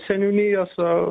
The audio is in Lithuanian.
seniūnijos o